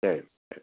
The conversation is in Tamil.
சரி